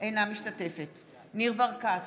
אינה משתתפת בהצבעה ניר ברקת,